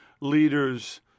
leaders